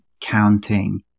counting